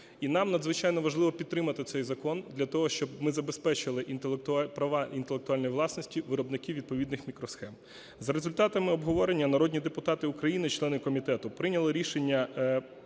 І нам надзвичайно важливо підтримати цей закон для того, щоб ми забезпечили права інтелектуальної власності виробників відповідних мікросхем. За результатами обговорення народні депутати України члени комітету прийняли рішення